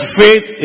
faith